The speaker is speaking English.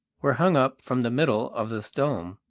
were hung up from the middle of this dome,